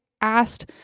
asked